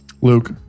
Luke